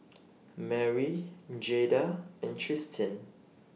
Merrie Jaida and Tristin